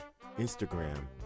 Instagram